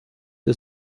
der